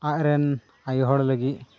ᱟᱡᱨᱮᱱ ᱟᱭᱳ ᱦᱚᱲ ᱞᱟᱹᱜᱤᱫ